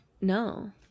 No